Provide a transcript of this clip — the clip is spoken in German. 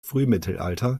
frühmittelalter